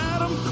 Adam